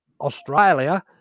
Australia